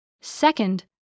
Second